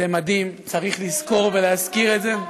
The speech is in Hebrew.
זה מדהים, וצריך לזכור ולהזכיר את זה.